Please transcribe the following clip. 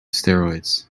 steroids